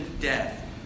death